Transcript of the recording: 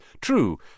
True